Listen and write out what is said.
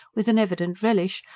with an evident relish,